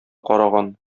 караган